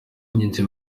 abagenzi